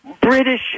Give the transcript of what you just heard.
British